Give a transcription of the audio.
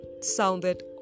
sounded